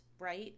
right